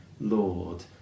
Lord